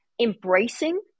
embracing